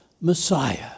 Messiah